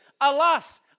Alas